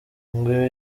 ngo